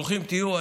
ברוכים תהיו.